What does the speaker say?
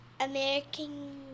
American